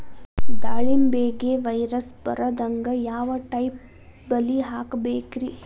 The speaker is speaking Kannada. ದಾಳಿಂಬೆಗೆ ವೈರಸ್ ಬರದಂಗ ಯಾವ್ ಟೈಪ್ ಬಲಿ ಹಾಕಬೇಕ್ರಿ?